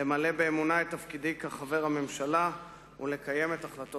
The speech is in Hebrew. למלא באמונה את תפקידי כחבר הממשלה ולקיים את החלטות